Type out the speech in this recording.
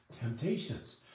temptations